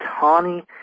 Tawny